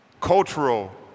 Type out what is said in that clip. Cultural